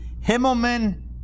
Himmelman